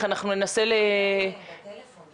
התלמידים שלי,